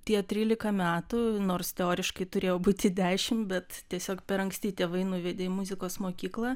tie trylika metų nors teoriškai turėjo būti dešim bet tiesiog per anksti tėvai nuvedė į muzikos mokyklą